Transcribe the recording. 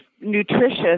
nutritious